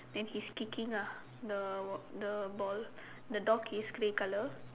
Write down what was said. then he is kicking ah the ball the ball the dog is grey colour